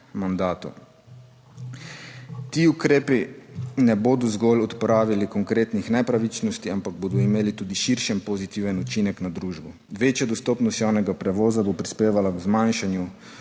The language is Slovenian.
mandatov. Ti ukrepi ne bodo zgolj odpravili konkretnih nepravičnosti, ampak bodo imeli tudi širši in pozitiven učinek na družbo. Večja dostopnost javnega prevoza bo prispevala k zmanjšanju